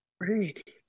Great